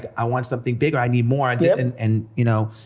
i want something bigger, i need more, and and and you know,